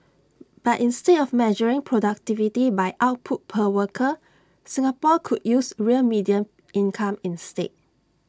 but instead of measuring productivity by output per worker Singapore could use real median income instead